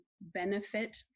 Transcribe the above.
benefit